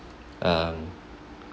um